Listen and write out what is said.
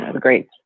great